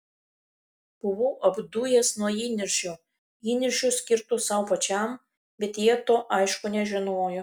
buvau apdujęs nuo įniršio įniršio skirto sau pačiam bet jie to aišku nežinojo